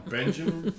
Benjamin